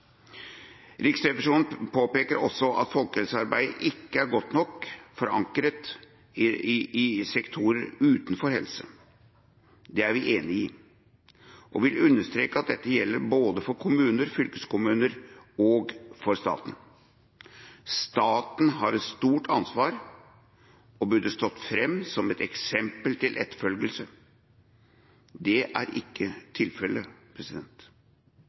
Riksrevisjonen påpeker også at folkehelsearbeidet ikke er godt nok forankret i sektorer utenfor helse. Det er vi enig i, og vil understreke at dette gjelder både for kommuner, fylkeskommuner og staten. Staten har et stort ansvar og burde stått fram som et eksempel til etterfølgelse. Det er ikke tilfellet.